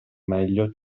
meglio